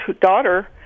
daughter